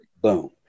boom